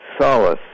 solace